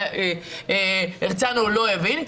רואה שחברי הרצנו לא הבין,